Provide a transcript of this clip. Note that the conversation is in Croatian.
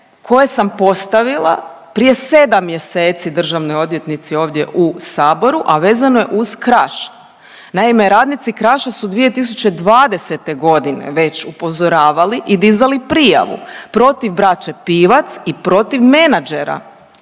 koje sam postavila prije 7 mjeseci državnoj odvjetnici ovdje u Saboru, a vezano je uz Kraš. Naime, radnici Kraša su 2020. godine već upozoravali i dizali prijavu protiv braće Pivac i protiv menadžera